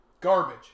garbage